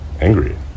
angry